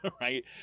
right